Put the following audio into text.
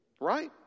Right